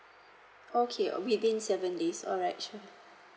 okay oh within seven days alright sure